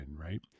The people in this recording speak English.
Right